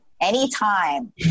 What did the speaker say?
Anytime